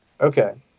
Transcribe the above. okay